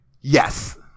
Yes